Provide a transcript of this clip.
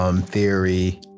theory